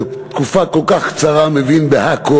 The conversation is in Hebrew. שבתקופה כל כך קצרה הוא מבין בכול: